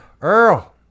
earl